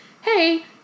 Hey